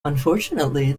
unfortunately